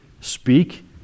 speak